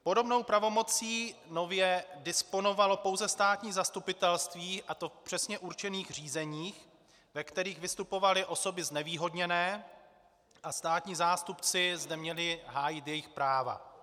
Podobnou pravomocí nově disponovalo pouze státní zastupitelství, a to v přesně určených řízeních, ve kterých vystupovaly osoby znevýhodněné a státní zástupci zde měli hájit jejich práva.